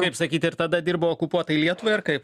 kaip sakyt ir tada dirbau okupuotai lietuvai ar kaip